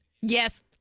Yes